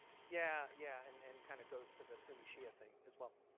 yeah, yeah, and and kind of goes to the sunni shia thing as well.